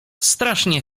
strasznie